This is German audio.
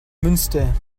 münster